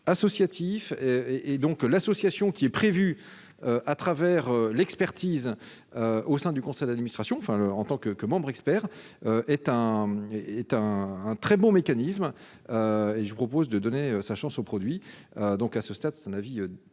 associatif et donc l'association qui est prévu, à travers l'expertise au sein du conseil d'administration, enfin, en tant que membre expert est un est un un très bon mécanisme et je propose de donner sa chance au produit donc à ce stade, c'est un avis défavorable,